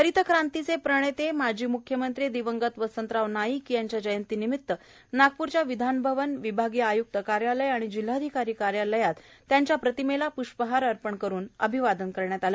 हरित क्रांतिचे प्रणेते माजी मुख्यमंत्री दिवंगत वसंतराव नाईक यांच्या जयंतीनिमित नागपूरच्या विधान भवन विभागीय आयक्त कार्यालय आणि जिल्हाधिकारी कार्यालय येथे प्रतिमेस पृष्पहार अर्पण करून अभिवादन करण्यात आले